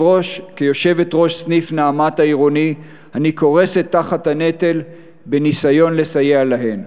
וכיושבת-ראש סניף "נעמת" העירוני אני קורסת תחת הנטל בניסיון לסייע להן.